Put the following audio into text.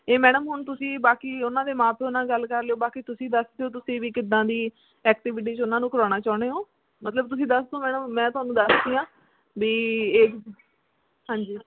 ਇਹ ਮੈਡਮ ਹੁਣ ਤੁਸੀਂ ਬਾਕੀ ਉਹਨਾਂ ਦੇ ਮਾਂ ਪਿਓ ਨਾਲ ਗੱਲ ਕਰ ਲਿਓ ਬਾਕੀ ਤੁਸੀਂ ਦੱਸ ਦਿਓ ਤੁਸੀਂ ਵੀ ਕਿੱਦਾਂ ਦੀ ਐਕਟੀਵੀਟੀ 'ਚ ਉਹਨਾਂ ਨੂੰ ਕਰਾਉਣਾ ਚਾਹੁੰਦੇ ਹੋ ਮਤਲਬ ਤੁਸੀਂ ਦੱਸ ਦਿਉ ਮੈਡਮ ਮੈਂ ਤੁਹਾਨੂੰ ਦੱਸਦੀ ਹਾਂ ਵੀ ਇਹ ਹਾਂਜੀ